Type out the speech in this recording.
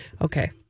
Okay